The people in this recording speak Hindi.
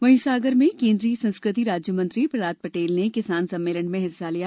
वहीं सागर में केंद्रीय संस्कृति राज्य मंत्री प्रहलाद पटेल ने किसान सम्मेलन में हिस्सा लिया